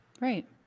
right